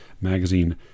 magazine